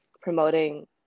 promoting